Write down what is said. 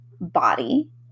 body